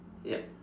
ya